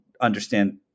understand